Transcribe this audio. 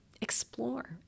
explore